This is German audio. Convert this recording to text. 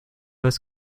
weiß